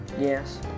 Yes